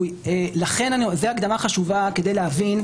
זו הקדמה חשובה כדי להבין,